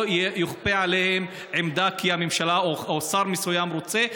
לא תיכפה עליהם עמדה כי הממשלה או שר מסוים רוצה,